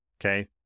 Okay